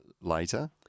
later